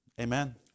Amen